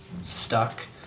stuck